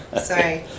sorry